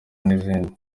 n’izindi